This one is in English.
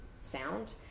sound